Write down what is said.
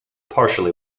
partially